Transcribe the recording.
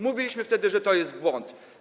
Mówiliśmy wtedy, że to jest błąd.